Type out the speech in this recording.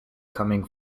coming